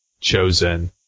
chosen